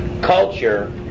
culture